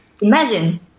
imagine